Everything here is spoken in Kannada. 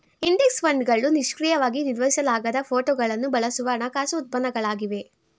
ಇಂಡೆಕ್ಸ್ ಫಂಡ್ಗಳು ನಿಷ್ಕ್ರಿಯವಾಗಿ ನಿರ್ವಹಿಸಲಾಗದ ಫೋಟೋಗಳನ್ನು ಬಳಸುವ ಹಣಕಾಸು ಉತ್ಪನ್ನಗಳಾಗಿವೆ